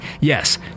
Yes